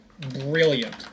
brilliant